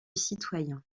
citoyen